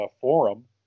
forum